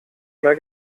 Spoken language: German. mehr